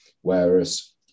Whereas